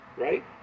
Right